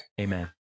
Amen